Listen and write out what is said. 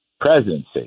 presidency